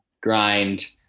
grind